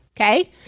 Okay